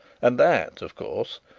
and that, of course,